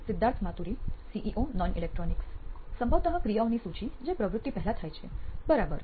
Siddharth Maturi CEO નોઇન electronics સંભવતઃ ક્રિયાઓની સૂચિ જે પ્રવૃત્તિ પહેલાં થાય છે બરાબર